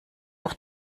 auf